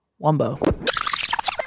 Wumbo